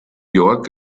york